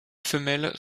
femelle